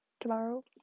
tomorrow